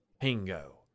Pingo